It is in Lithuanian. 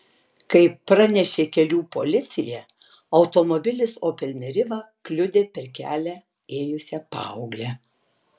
kaip pranešė kelių policija automobilis opel meriva kliudė per kelią ėjusią paauglę